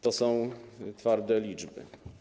To są twarde liczby.